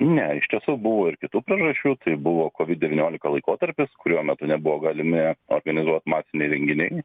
ne iš tiesų buvo ir kitų priežasčių tai buvo covid devyniolika laikotarpis kurio metu nebuvo galimi organizuot masiniai renginiai